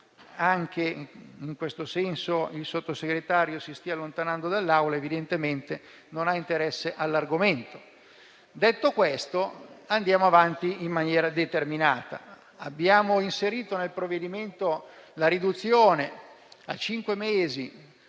Anche in questo senso mi spiace che il Sottosegretario si stia allontanando dall'Aula; evidentemente non ha interesse per l'argomento. Detto questo, andiamo avanti in maniera determinata. Abbiamo inserito nel provvedimento la riduzione a cinque mesi